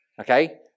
Okay